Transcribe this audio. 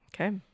Okay